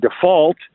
default